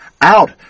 out